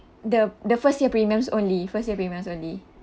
the the first year premiums only first year premiums only